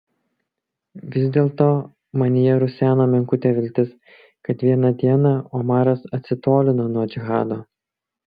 vis dėlto manyje ruseno menkutė viltis kad vieną dieną omaras atsitolino nuo džihado